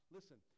Listen